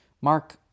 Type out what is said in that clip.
mark